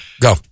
Go